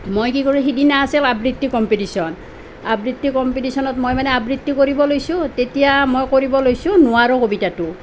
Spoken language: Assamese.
মই কি কৰোঁ সিদিনা আছিল আবৃত্তি কম্পিটিশ্যন আবৃত্তি কম্পিটিশ্যনত মই মানে আবৃত্তি কৰিব লৈছোঁ তেতিয়া মই কৰিব লৈছোঁ নোৱাৰোঁ কবিতাটো